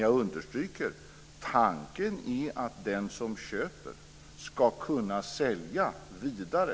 Jag understryker att tanken är att den som köper ska kunna sälja vidare.